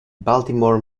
baltimore